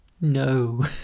No